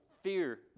fear